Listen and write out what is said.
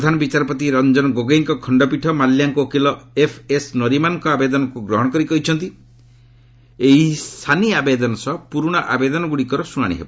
ପ୍ରଧାନ ବିଚାରପତି ରଞ୍ଜନ ଗୋଗୋଇଙ୍କ ଖଣ୍ଡପୀଠ ମାଲ୍ୟାଙ୍କ ଓକିଲ ଏଫ୍ଏସ୍ ନରିମାନ୍ଙ୍କ ଆବେଦନକୁ ଗ୍ରହଣ କରି କହିଛନ୍ତି ଏହି ସାନି ଆବେଦନ ସହ ପୁରୁଣା ଆବେଦନଗୁଡ଼ିକର ଶୁଣାଣି ହେବ